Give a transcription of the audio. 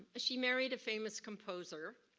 she married a famous composer.